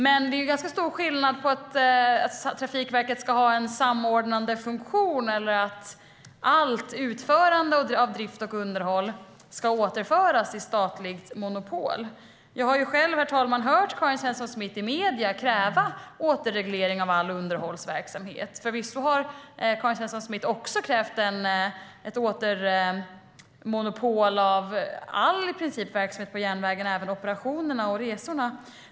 Men det är ganska stor skillnad på att Trafikverket ska ha en samordnande funktion och att allt utförande av drift och underhåll ska återföras till ett statligt monopol. Jag har själv, herr talman, i medierna hört Karin Svensson Smith kräva återreglering av all underhållsverksamhet. Förvisso har Karin Svensson Smith också krävt återmonopolisering av i princip all verksamhet på järnvägen, även operationerna och resorna.